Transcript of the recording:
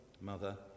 mother